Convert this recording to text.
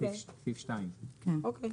סעיף 2. אוקיי.